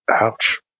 ouch